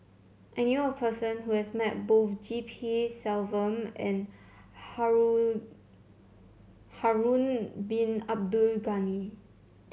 I knew a person who has met both G P Selvam and Harun Harun Bin Abdul Ghani